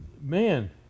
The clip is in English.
man